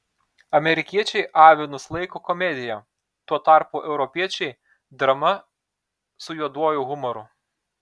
amerikiečiai avinus laiko komedija tuo tarpu europiečiai drama su juoduoju humoru